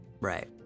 Right